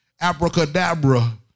abracadabra